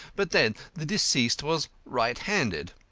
but then the deceased was right-handed.